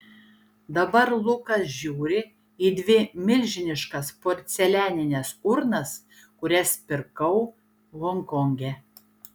dabar lukas žiūri į dvi milžiniškas porcelianines urnas kurias pirkau honkonge